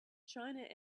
china